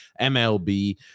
MLB